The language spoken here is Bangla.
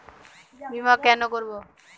বিমা কেন করব?